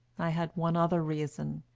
i had one other reason.